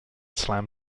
slam